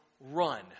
run